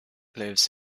lives